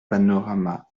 panorama